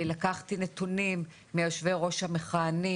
לקחתי נתונים מיושבי הראש המכהנים